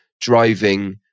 driving